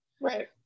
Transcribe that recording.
right